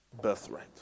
birthright